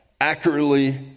accurately